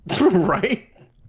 right